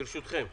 ברשותכם,